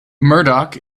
murdoch